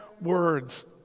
words